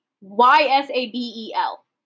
Y-S-A-B-E-L